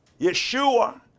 Yeshua